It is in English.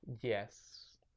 Yes